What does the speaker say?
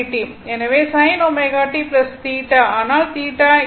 எனவே sin ω t θ ஆனால் θ இல்லை